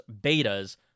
betas